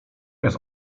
jest